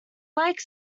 liked